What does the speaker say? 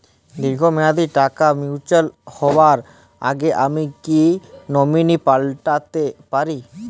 দীর্ঘ মেয়াদি টাকা ম্যাচিউর হবার আগে আমি কি নমিনি পাল্টা তে পারি?